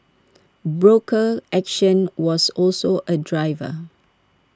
broker action was also A driver